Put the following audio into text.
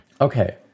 Okay